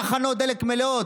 תחנות הדלק מלאות.